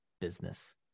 business